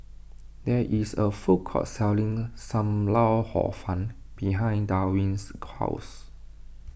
there is a food court selling Sam Lau Hor Fun behind Darwin's house